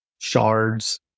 shards